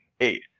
eight